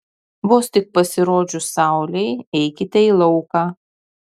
vos tik pasirodžius saulei eikite į lauką